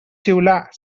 xiular